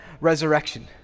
resurrection